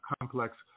complex